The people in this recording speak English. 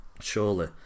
Surely